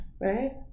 right